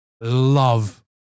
love